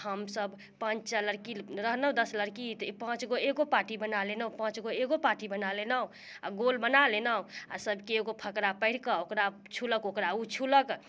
आ हम सभ पाँचटा लड़की रहलहुँ दश लड़की तऽ पाँचगो एकगो पार्टी बना लेलौँ पाँचगो एकगो पार्टी बना लेलहुँ आ गोल बना लेलहुँ आ सभ केओ एगो फकरा पढ़िके ओकरा ओ छूलक ओकरा ओ छूलक